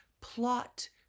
plot